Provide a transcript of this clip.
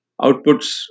outputs